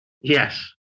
Yes